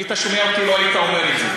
אם היית שומע אותי, לא היית אומר את זה.